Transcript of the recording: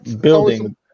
Building